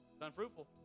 unfruitful